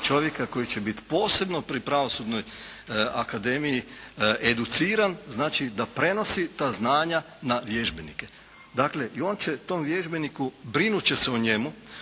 Čovjeka koji će biti posebno pri Pravosudnoj akademiji educiran znači da prenosi ta znanja na vježbenike. Dakle i on će tom vježbeniku, brinut će se o njemu.